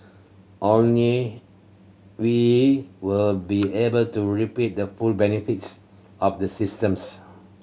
only we will be able to reap the full benefits of the systems